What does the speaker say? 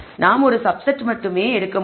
நாம் ஒரு சப்செட் மட்டுமே எடுக்க முடியும்